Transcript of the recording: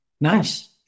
nice